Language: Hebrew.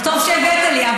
אז טוב שהבאת לי,